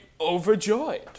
overjoyed